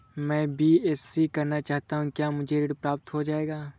मैं बीएससी करना चाहता हूँ क्या मुझे ऋण प्राप्त हो जाएगा?